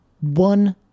one